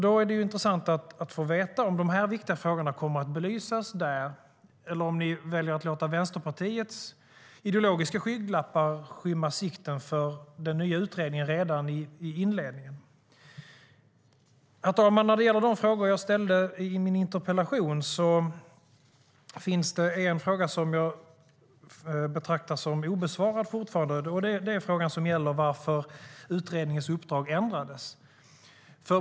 Det vore intressant att få veta om dessa viktiga frågor kommer att belysas där eller om ni väljer att låta Vänsterpartiets ideologiska skygglappar skymma sikten för den nya utredningen redan i inledningen. Herr talman! När det gäller de frågor jag ställde i min interpellation finns det en fråga som jag betraktar som obesvarad fortfarande. Det är frågan som gäller varför utredningens uppdrag ändrades.